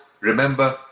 remember